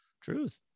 truth